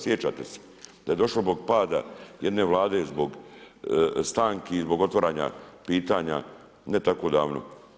Sjećate se da je došlo do pada jedne Vlade zbog stanki, zbog otvaranja pitanja, ne tako davno.